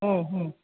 हो हो